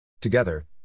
Together